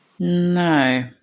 no